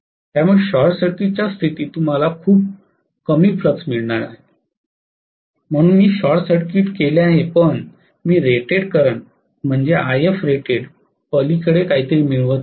त्यामुळे short circuit च्या स्थितीत तुम्हाला खूप कमी फ्लक्स मिळणार आहेत आणि म्हणूनच मी शॉर्टसर्किट केले आहे पण मी रेटेड करंट Ifrated पलीकडे मिळवित आहे